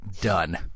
Done